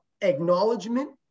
acknowledgement